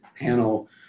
panel